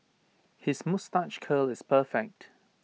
his moustache curl is perfect